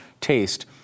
taste